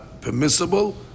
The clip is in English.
permissible